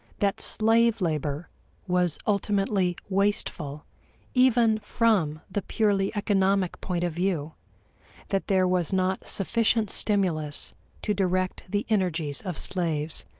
that slave labor was ultimately wasteful even from the purely economic point of view that there was not sufficient stimulus to direct the energies of slaves,